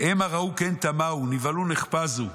המה ראו כן תמהו נבהלו נחפזו.